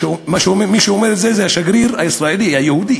מי שאומר את זה, זה השגריר הישראלי, היהודי.